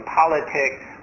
politics